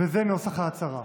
זה נוסח ההצהרה: